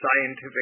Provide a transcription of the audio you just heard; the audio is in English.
scientific